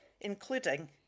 including